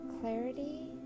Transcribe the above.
clarity